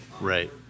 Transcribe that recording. right